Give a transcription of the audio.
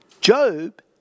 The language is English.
Job